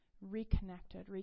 reconnected